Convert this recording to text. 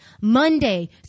Monday